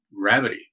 gravity